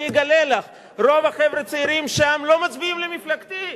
אני אגלה לך: רוב החבר'ה הצעירים שם לא מצביעים למפלגתי.